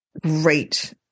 great